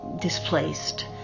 displaced